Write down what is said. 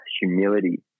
humility